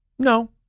No